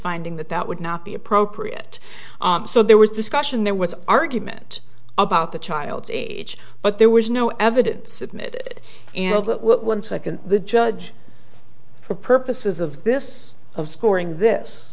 finding that that would not be appropriate so there was discussion there was argument about the child's age but there was no evidence submitted in one second the judge for purposes of this of scoring this